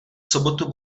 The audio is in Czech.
sobotu